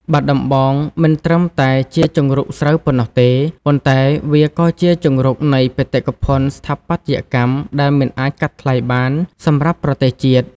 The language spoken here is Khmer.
បាត់ដំបងមិនត្រឹមតែជាជង្រុកស្រូវប៉ុណ្ណោះទេ ប៉ុន្តែវាក៏ជាជង្រុកនៃបេតិកភណ្ឌស្ថាបត្យកម្មដែលមិនអាចកាត់ថ្លៃបានសម្រាប់ប្រទេសជាតិ។